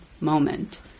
moment